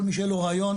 כל מי שעולה לו רעיון,